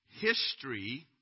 history